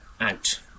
out